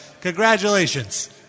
congratulations